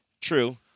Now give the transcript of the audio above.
True